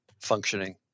functioning